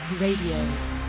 Radio